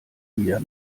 wieder